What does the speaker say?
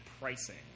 pricing